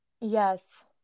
yes